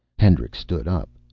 hendricks stood up.